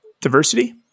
diversity